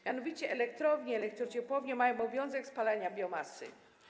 Mianowicie elektrownie, elektrociepłownie mają obowiązek spalania biomasy.